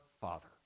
Father